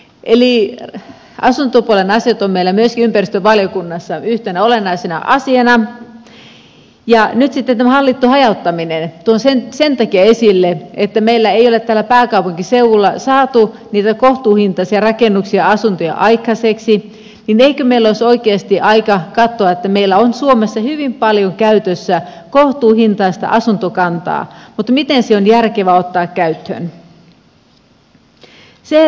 eli asuntopuolen asiat ovat meillä myöskin ympäristövaliokunnassa yhtenä olennaisena asiana ja tuon nyt tämän hallitun hajauttaminen sen takia esille että kun meillä ei ole täällä pääkaupunkiseudulla saatu niitä kohtuuhintaisia rakennuksia ja asuntoja aikaiseksi niin eikö meillä olisi oikeasti aika katsoa että meillä on suomessa hyvin paljon käytössä kohtuuhintaista asuntokantaa mutta miten se on järkevä ottaa käyttöön